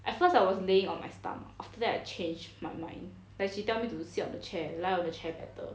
at first I was laying on my stomach after that I change my mind like she tell me to sit on the chair lie on the chair better